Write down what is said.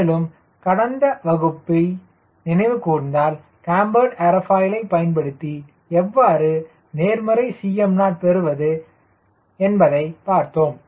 மேலும் கடந்த வகுப்பை நினைவு கூர்ந்தால் கேம்பர்டு ஏர்ஃபாயிலை பயன்படுத்தி எவ்வாறு நேர்மறை 𝐶mo பெறுவது என்பதை பார்த்தோம்